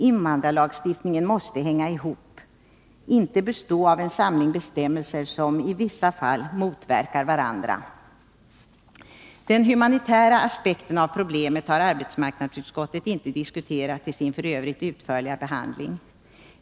Invandrarlagstiftningen måste hänga ihop — den får inte bestå av en samling bestämmelser som i vissa fall motverkar varandra. Den humanitära aspekten av problemet har arbetsmarknadsutskottet inte diskuterat i sin i övrigt utförliga behandling.